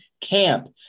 camp